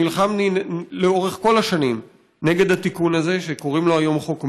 נלחמתי לאורך כל השנים נגד התיקון הזה שקוראים לו היום "חוק מילצ'ן".